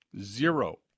zero